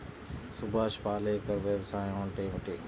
సుభాష్ పాలేకర్ వ్యవసాయం అంటే ఏమిటీ?